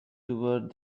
toward